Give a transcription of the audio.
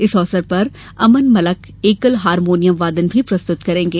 इस अवसर पर अमन मलक एकल हारमोनियम वादन भी प्रस्तुत करेंगें